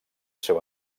seu